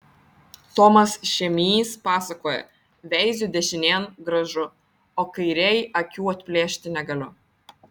tomas šėmys pasakoja veiziu dešinėn gražu o kairėj akių atplėšti negaliu